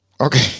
Okay